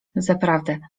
zaprawdę